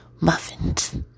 muffins